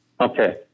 Okay